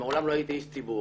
ומעולם לא הייתי איש ציבור.